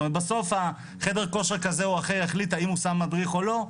בסוף חדר כושר כזה או אחר החליט האם הוא שם מדריך או לא,